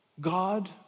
God